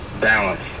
balance